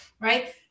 right